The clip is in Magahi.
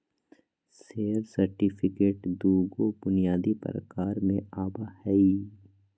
शेयर सर्टिफिकेट दू गो बुनियादी प्रकार में आवय हइ